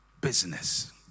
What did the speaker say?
business